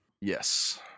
Yes